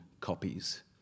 copies